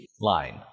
line